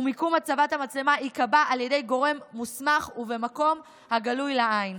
ומיקום הצבת המצלמה ייקבע על ידי גורם מוסמך ובמקום הגלוי לעין,